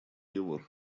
его